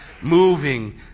moving